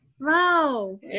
Wow